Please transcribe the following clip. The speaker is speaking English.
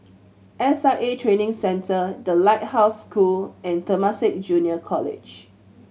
S I A Training Centre The Lighthouse School and Temasek Junior College